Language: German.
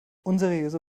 unseriöse